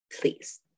please